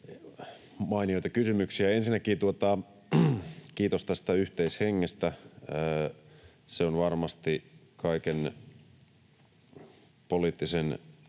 mainioita kysymyksiä. Ensinnäkin, kiitos tästä yhteishengestä. Se on varmasti kaiken poliittisen